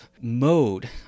mode